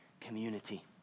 community